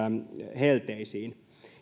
helteisiin